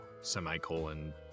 semicolon